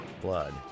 blood